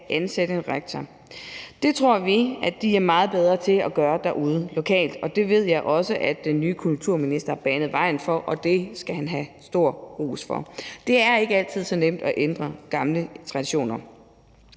ansætte en rektor. Det tror vi de er meget bedre til at gøre derude lokalt, og det ved jeg også at den nye kulturminister banede vejen for, og det skal han have stor ros for. Det er ikke altid så nemt at ændre gamle traditioner.